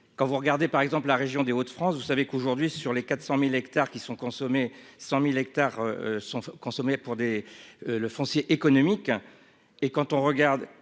Quand vous regardez par exemple la région des Hauts-de-France. Vous savez qu'aujourd'hui sur les 400.000 hectares qui sont consommés, 100.000 hectares sont consommées pour des le foncier économique et quand on regarde